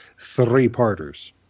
three-parters